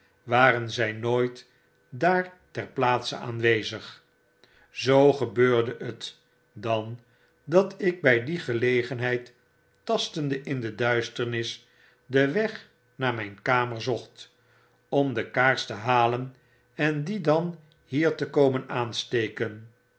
waren zij nooit daar ter plaatse aanwezig zoo gebeurde het dan dat ik bij die gelegenheid tastende in de duisternis den weg naar mijn kamer zocht om de kaars te halen en die dan hier te komen aansteken